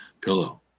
pillow